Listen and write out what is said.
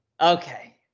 Okay